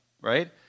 right